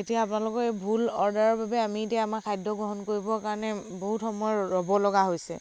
এতিয়া আপোনালোকৰ এই ভুল অৰ্ডাৰৰ বাবে আমি এতিয়া আমাৰ খাদ্য় গ্ৰহণ কৰিবৰ কাৰণে বহুত সময় ৰ'ব লগা হৈছে